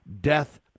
death